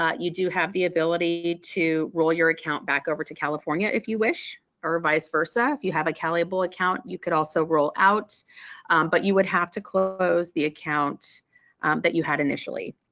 you do have the ability to roll your account back over to california if you wish. or vice versa, if you have a calable account, you could also roll out but you would have to close the account that you had initially.